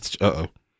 Uh-oh